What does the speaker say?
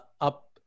up